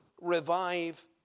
revive